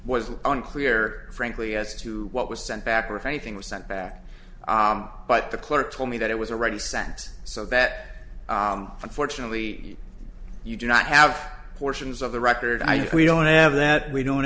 was unclear frankly as to what was sent back or if anything was sent back but the clerk told me that it was already sent so that unfortunately you do not have portions of the record i don't have that we don't